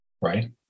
right